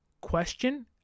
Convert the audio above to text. Question